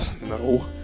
No